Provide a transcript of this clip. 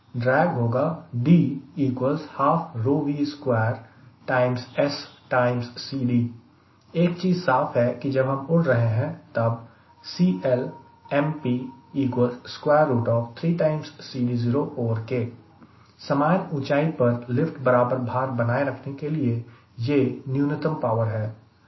drag होगा एक चीज साफ है कि जब हम उड़ रहे हैं तब समान ऊंचाई पर लिफ्ट बराबर भार बनाए रखने के लिए ये न्यूनतम पावर है